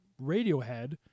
Radiohead